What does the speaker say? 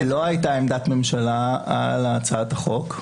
לא הייתה עמדת ממשלה על הצעת החוק.